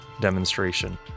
demonstration